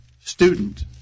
student